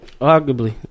Arguably